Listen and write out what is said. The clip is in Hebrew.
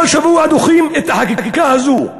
כל שבוע דוחים את החקיקה הזו,